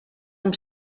amb